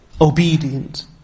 obedient